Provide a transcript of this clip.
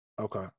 Okay